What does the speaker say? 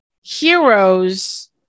heroes